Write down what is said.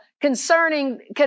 concerning